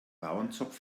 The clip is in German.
bauernzopf